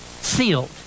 Sealed